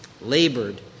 Labored